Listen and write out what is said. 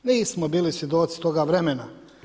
Nismo bili svjedoci toga vremena.